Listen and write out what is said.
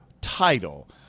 title